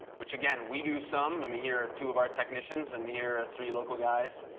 which again, we do some. i mean here are two of our technicians, and here are three local guys.